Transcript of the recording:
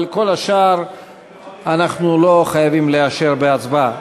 אבל את כל השאר אנחנו לא חייבים לאשר בהצבעה.